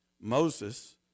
Moses